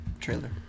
trailer